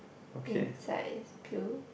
inside is blue